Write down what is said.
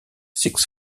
six